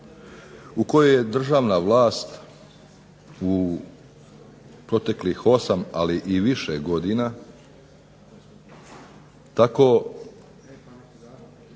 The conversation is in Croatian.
u kojoj je državna vlast u proteklih osam ali i više godina tako